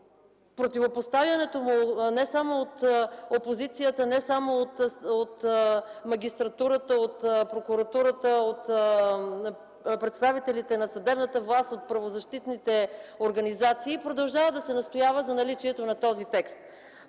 противопоставянето – не само от опозицията, не само от магистратурата, от прокуратурата, от представителите на съдебната власт, от правозащитните организации, продължава да се настоява за наличието на този текст?